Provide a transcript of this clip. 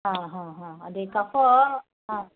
ಹಾಂ ಹಾಂ ಹಾಂ ಅದೆ ಕಫಾ ಹಾಂ